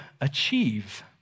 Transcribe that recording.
achieve